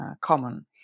common